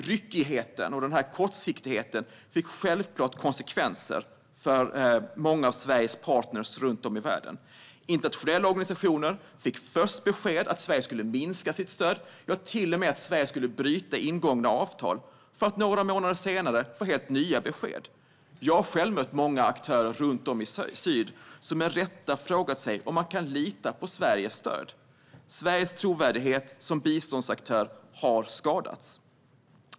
Ryckigheten och kortsiktigheten fick självklart konsekvenser för många av Sveriges partner runt om i världen. Internationella organisationer fick först besked att Sverige skulle minska sitt stöd och till och med att Sverige skulle bryta ingångna avtal, för att några månader senare få helt nya besked. Jag har själv mött många aktörer runt om i syd som med rätta frågat sig om de kan lita på Sveriges stöd. Sveriges trovärdighet som biståndsaktör har skadats.